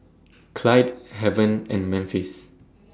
Clyde Haven and Memphis